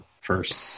first